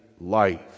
life